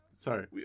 sorry